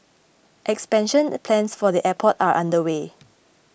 expansion plans for the airport are underway